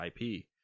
IP